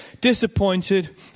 disappointed